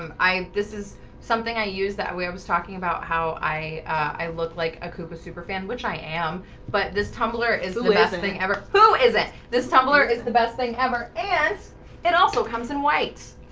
um i this is something i use that way i was talking about how i i look like a koopa super fan which i am but this tumbler is loose a and thing ever. who is it? this tumbler is the best thing ever and it also comes in white.